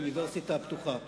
באוניברסיטה הפתוחה.